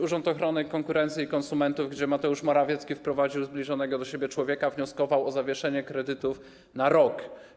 Urząd Ochrony Konkurencji i Konsumentów, gdzie Mateusz Morawiecki wprowadził zbliżonego do siebie człowieka, wnioskował o zawieszenie kredytów na rok.